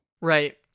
Right